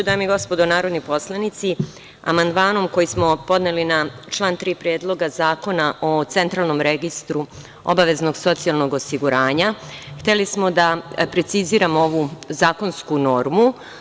Dame i gospodo narodni poslanici, amandmanom koji smo podneli na član 3. Predloga zakona o Centralnom registru obaveznog socijalnog osiguranja, hteli smo da preciziramo ovu zakonsku normu.